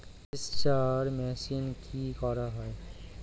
সেকচার মেশিন কি করা হয়?